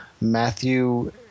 Matthew